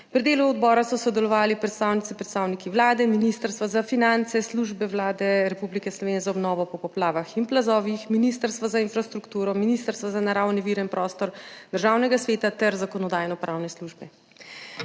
Pri delu odbora so sodelovali predstavnice in predstavniki Vlade, Ministrstva za finance, Službe Vlade Republike Slovenije za obnovo po poplavah in plazovih, Ministrstva za infrastrukturo, Ministrstva za naravne vire in prostor, Državnega sveta ter Zakonodajno-pravne službe.